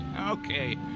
okay